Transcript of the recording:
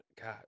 God